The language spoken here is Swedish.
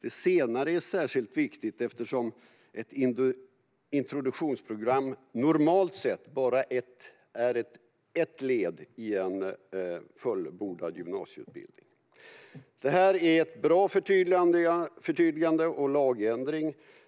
Det senare är särskilt viktigt eftersom ett introduktionsprogram normalt sett bara är ett led i en fullbordad gymnasieutbildning. Det här är ett bra förtydligande och en bra lagändring.